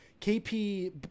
KP